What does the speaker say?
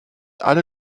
alle